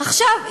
עכשיו,